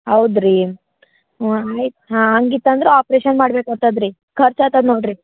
ಹೌದ್ ರೀ ಹಾಂ ಆಯ್ತು ಹಾಂ ಹಂಗಿತ್ತು ಅಂದ್ರ ಆಪರೇಷನ್ ಮಾಡ್ಬೇಕು ಅತ್ತದ ರೀ ಖರ್ಚ್ ಆತತ್ತು ನೋಡ್ರಿ